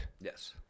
yes